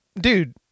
dude